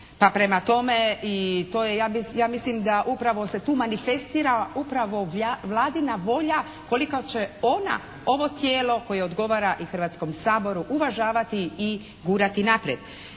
pa prema tome i to ja mislim da upravo se tu manifestira upravo Vladina volja koliko će ona ovo tijelo koje odgovara i Hrvatskom saboru uvažavati i gurati naprijed.